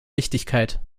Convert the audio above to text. wichtigkeit